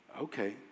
Okay